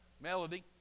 Melody